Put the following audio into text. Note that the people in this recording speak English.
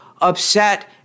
upset